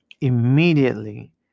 immediately